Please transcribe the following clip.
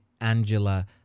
Angela